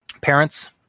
parents